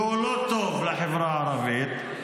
והוא לא טוב לחברה הערבית,